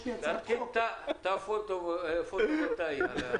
יש לי הצעת חוק --- תא פוטו וולטאי על האוטו.